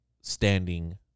standing